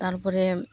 ᱛᱟᱨᱯᱚᱨᱮ